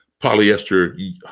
polyester